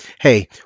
Hey